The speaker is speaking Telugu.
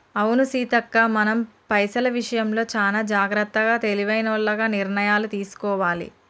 అవును సీతక్క మనం పైసల విషయంలో చానా జాగ్రత్తగా తెలివైనోల్లగ నిర్ణయాలు తీసుకోవాలి